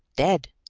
dead!